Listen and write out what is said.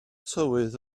tywydd